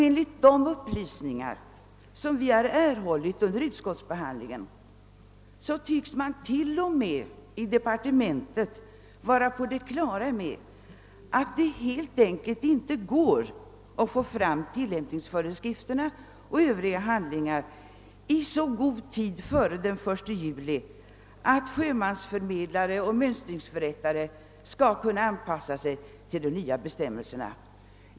Enligt de upplysningar vi har erhållit under utskottsbehandlingen tycks man t.o.m. i departementet vara på det klara med att det helt enkelt inte går att få fram tillämpningsföreskrifterna och övriga handlingar i så god tid före den 1 juli, att sjömansförmedlare och mönstringsförrättare kan anpassa sig till de nya bestämmelserna.